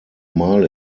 mal